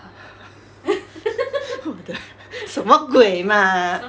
who are the 什么鬼嘛